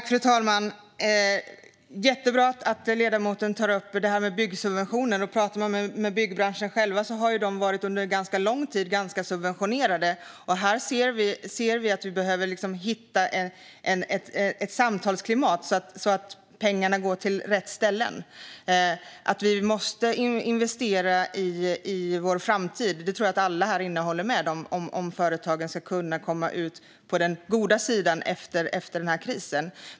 Fru talman! Det är jättebra att ledamoten tar upp byggsubventionerna. Byggbranschen har under lång tid varit ganska subventionerad. Vi behöver hitta ett bra samtalsklimat, så att pengarna går till rätt ställen. Vi måste investera i vår framtid om företagen ska kunna komma ut på den goda sidan efter krisen. Det tror jag att alla här inne håller med om.